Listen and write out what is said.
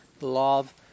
love